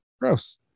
Gross